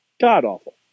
god-awful